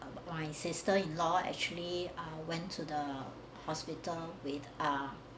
my sister-in-law actually I went to the hospital with a